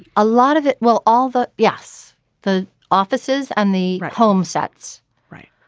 a lot of it. well all the yes the offices and the home sets right.